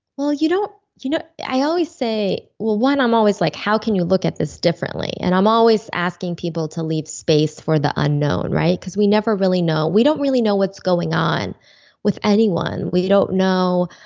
well you don't, you know i always say, well one i'm always like, how can you look at this differently? and i'm always asking people to leave space for the unknown because we never really know. we don't really know what's going on with anyone. we don't know.